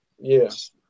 Yes